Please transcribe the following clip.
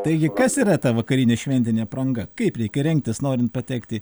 taigi kas yra ta vakarinė šventinė apranga kaip reikia rengtis norint patekti